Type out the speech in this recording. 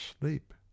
sleep